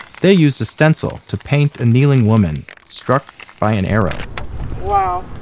they used a stencil to paint a kneeling woman struck by an arrow wow.